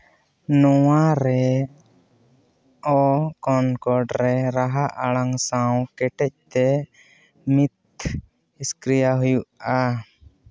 ᱱᱚᱣᱟᱨᱮ ᱚ ᱠᱚᱱᱠᱚᱰ ᱨᱮ ᱨᱟᱦᱟ ᱟᱲᱟᱝ ᱥᱟᱶ ᱠᱮᱴᱮᱡᱛᱮ ᱢᱤᱛᱷᱚᱥᱠᱨᱤᱭᱟ ᱦᱩᱭᱩᱜᱼᱟ